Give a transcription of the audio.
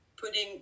putting